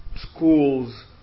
schools